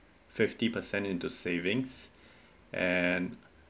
fifty percent into savings and